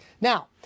Now